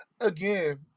again